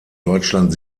deutschland